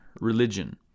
religion